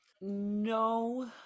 No